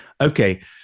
Okay